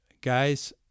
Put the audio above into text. Guys